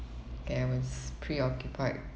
ya I was preoccupied